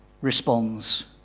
responds